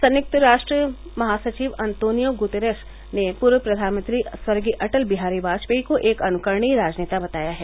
संयुक्त राष्ट्र महासचिव अंतोनियो गुतेरश ने पूर्व प्र्यानमंत्री स्वर्गीय अटल बिहारी वाजपेयी को एक अनुकरणीय राजनेता बताया है